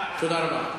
תודה רבה.